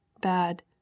Bad